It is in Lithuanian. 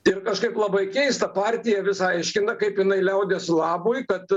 ir kažkaip labai keista partija vis aiškina kaip jinai liaudies labui kad